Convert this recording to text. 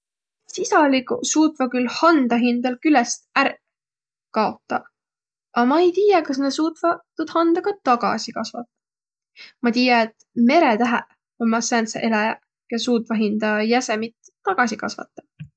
Sisaliguq suutvaq külh handa hindäl külest ärq kaotaq, a ma ei tiiäq, kas nä suutvaq tuud handa ka tagasi kasvataq. Ma tiiäq, et meretäheq ommaq sääntseq eläjäq, kiä suutvaq hindä jäsemit tagaso kasvataq.